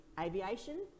aviation